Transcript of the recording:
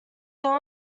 their